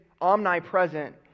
omnipresent